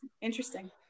interesting